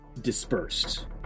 dispersed